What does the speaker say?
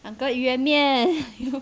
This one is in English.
uncle 鱼圆面